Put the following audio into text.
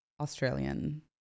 Australian